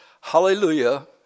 Hallelujah